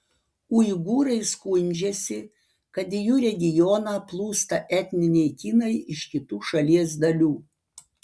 uigūrai skundžiasi kad į jų regioną plūsta etniniai kinai iš kitų šalies dalių